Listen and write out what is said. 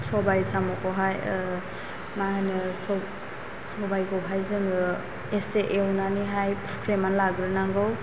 सबाइ साम'खौहाय मा होनो सबाइखौहाय जोङो एसे एवनानैहाय फुख्रेमनानै लाग्रोनांगौ